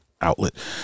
outlet